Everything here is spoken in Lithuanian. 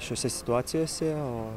šiose situacijose o